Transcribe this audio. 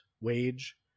wage